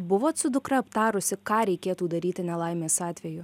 buvot su dukra aptarusi ką reikėtų daryti nelaimės atveju